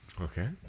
Okay